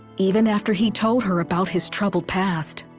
even after he told her about his troubled past.